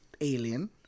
Alien